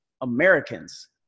Americans